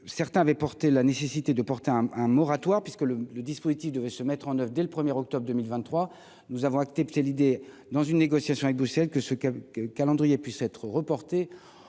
certains avaient porté la nécessité de porter un un moratoire puisque le le dispositif devait se mettre en oeuvre dès le premier octobre 2023 nous avons accepté l'idée dans une négociation avec Bruxelles que ce que que calendrier puisse être reportée